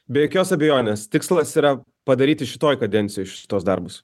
be jokios abejonės tikslas yra padaryti šitoj kadencijoj šituos darbus